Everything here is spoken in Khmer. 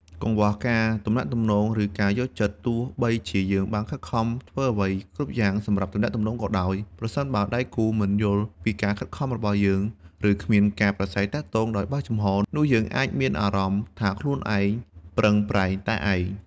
កង្វះការទំនាក់ទំនង ឬការយល់ចិត្តទោះបីជាយើងបានខិតខំធ្វើអ្វីគ្រប់យ៉ាងសម្រាប់ទំនាក់ទំនងក៏ដោយ ប្រសិនបើដៃគូមិនយល់ពីការខិតខំរបស់យើង ឬគ្មានការប្រាស្រ័យទាក់ទងដោយបើកចំហ នោះយើងអាចមានអារម្មណ៍ថាខ្លួនឯងប្រឹងប្រែងតែឯង។